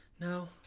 No